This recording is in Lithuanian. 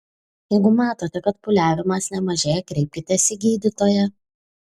jeigu matote kad pūliavimas nemažėja kreipkitės į gydytoją